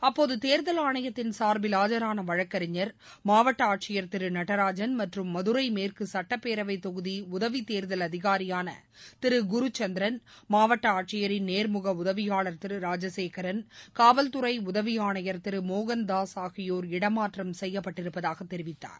அப்போது தேர்தல் ஆணையத்தின் சார்பில் ஆஜரான வழக்கறிஞர் மாவட்ட ஆட்சியர் திரு நடராஜன் மற்றும் மதுரை மேற்கு சட்டப்பேரவைத் தொகுதி உதவித் தேர்தல் அதிகாரியான திரு குருசந்திரன் மாவட்ட ஆட்சியரின் நேர்முக உதவியாளர் திரு ராஜசேகரன் காவல்துறை உதவி ஆணையர் திரு மோகன்தாஸ் ஆகியோர் இடமாற்றம் செய்யப்பட்டிருப்பதாகத் தெரிவித்தார்